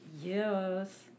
Yes